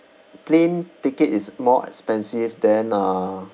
plane ticket is more expensive then uh